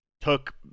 took